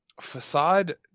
Facade